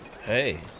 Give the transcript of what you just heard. Hey